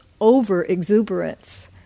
over-exuberance